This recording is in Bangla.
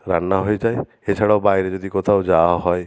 রান্না হয়ে যায় এছাড়াও বাইরে যদি কোথাও যাওয়া হয়